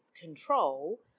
control –